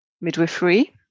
midwifery